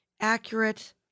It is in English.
accurate